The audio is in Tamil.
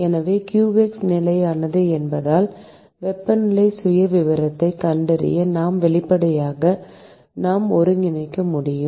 எனவே qx நிலையானது என்பதால் வெப்பநிலை சுயவிவரத்தைக் கண்டறிய இந்த வெளிப்பாட்டை நாம் ஒருங்கிணைக்க முடியும்